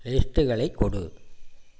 லிஸ்ட்டுகளை கொடு